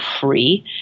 free